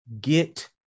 get